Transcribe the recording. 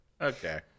Okay